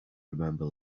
remember